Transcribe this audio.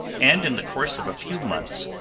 and in the course of a few months,